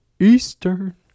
Eastern